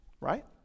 right